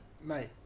mate